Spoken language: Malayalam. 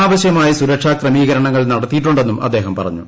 ആവശ്യമായ സുരക്ഷാ ക്രമീകരണങ്ങൾ നടത്തിയിട്ടുണ്ടെന്നും അദ്ദേഹം പറഞ്ഞു